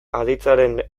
aditzaren